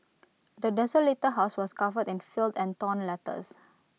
the desolated house was covered in filth and torn letters